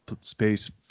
space